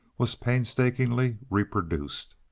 was painstakingly reproduced.